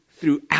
throughout